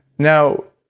now,